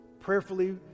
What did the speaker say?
prayerfully